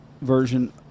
version